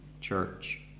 church